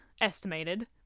estimated